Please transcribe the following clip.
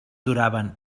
duraven